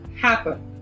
happen